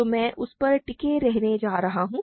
तो मैं उस पर टिके रहने जा रहा हूं